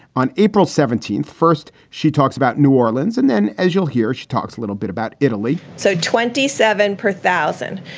on april seventeenth, first she talks about new orleans and then, as you'll hear, she talks a little bit about italy so twenty seven per thousand.